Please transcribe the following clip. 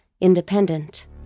independent